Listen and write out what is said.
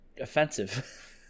offensive